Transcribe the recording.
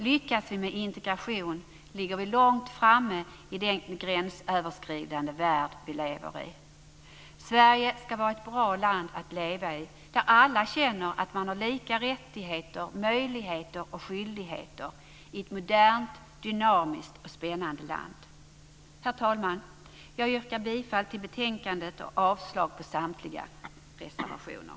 Lyckas vi med integration ligger vi långt framme i den gränsöverskridande värld vi lever i. Sverige ska vara ett bra land att leva i där alla känner att de har lika rättigheter, möjligheter och skyldigheter i ett modernt, dynamiskt och spännande land. Herr talman! Jag yrkar bifall till hemställan i betänkandet och avslag på samtliga reservationer.